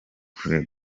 kure